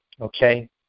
Okay